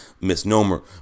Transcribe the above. misnomer